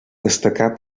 destacar